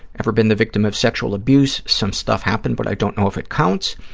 ever been the victim of sexual abuse? some stuff happened but i don't know if it counts.